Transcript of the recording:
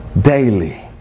daily